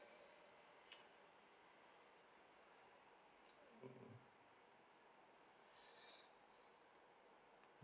mm